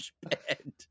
bed